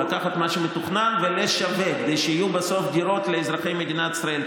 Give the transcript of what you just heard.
לקחת מה שמתוכנן ולשווק כדי שיהיו בסוף דירות לאזרחי מדינת ישראל,